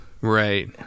Right